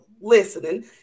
listening